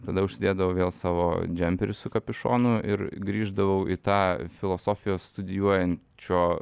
tada užsidėdavau vėl savo džemperį su kapišonu ir grįždavau į tą filosofijos studijuojančio